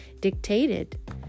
dictated